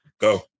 go